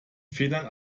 fehlern